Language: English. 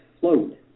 float